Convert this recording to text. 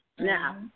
Now